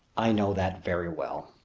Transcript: i know that very well.